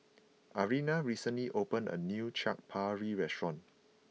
Ariana recently opened a new Chaat Papri restaurant